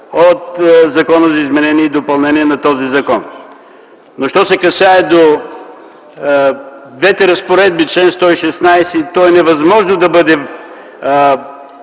от закона за изменение и допълнение на този закон. Що се касае до двете разпоредби – чл. 116, е невъзможно да бъде